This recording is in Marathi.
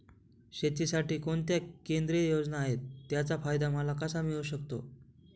शेतीसाठी कोणत्या केंद्रिय योजना आहेत, त्याचा फायदा मला कसा मिळू शकतो?